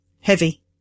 heavy